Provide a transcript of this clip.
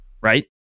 right